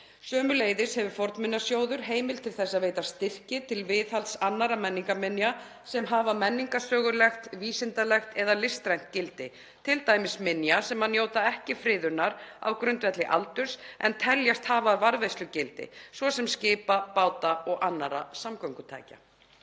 Sömuleiðis hefur fornminjasjóður heimild til að veita styrki til viðhalds annarra menningarminja sem hafa menningarsögulegt, vísindalegt eða listrænt gildi, t.d. minja sem njóta ekki friðunar á grundvelli aldurs en teljast hafa varðveislugildi, svo sem skipa, báta og annarra samgöngutækja.